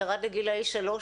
ירד לגילאי שלוש,